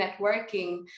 networking